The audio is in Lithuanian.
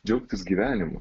džiaugtis gyvenimu